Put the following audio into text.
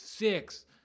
Six